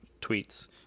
tweets